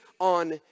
on